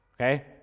Okay